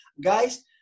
guys